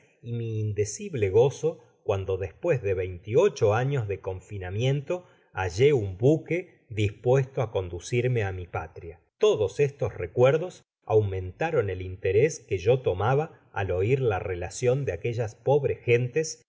y mi indecible gozo cuando despues da veinte y ocho años de confinamiento hallé un buque dispuesto á conducirme á mi pátria iodos estos recuerdos aumentaron el interés que yo tomaba al oir la relacion de aquellas pobres gentes